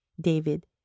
David